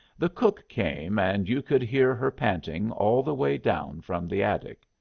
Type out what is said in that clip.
the cook came, and you could hear her panting all the way down from the attic.